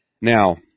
Now